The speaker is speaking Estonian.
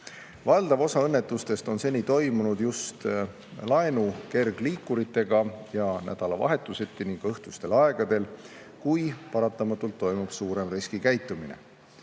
Valdav osa õnnetustest on seni toimunud just laenatud kergliikuritega, nädalavahetuseti ning õhtustel aegadel, kui paratamatult on riskikäitumine